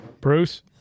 Bruce